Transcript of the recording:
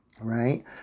Right